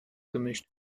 gemischt